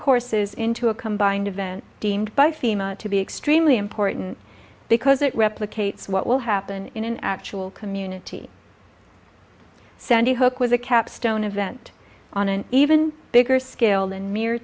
courses into a combined event deemed by fema to be extremely important because it replicates what will happen in an actual community sandy hook was a capstone event on an even bigger scale than m